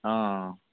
ఆ